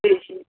ठीक छिए